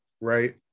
Right